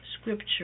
scripture